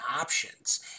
options